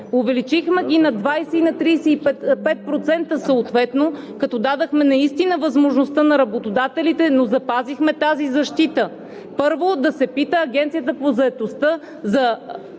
Увеличихме ги на 20% и на 35% съответно, като наистина дадохме възможността на работодателите, но запазихме тази защита – първо да се пита Агенцията по заетостта за